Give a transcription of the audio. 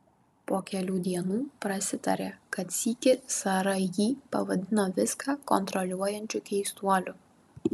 po kelių dienų prasitarė kad sykį sara jį pavadino viską kontroliuojančiu keistuoliu